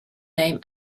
name